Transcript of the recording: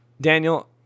Daniel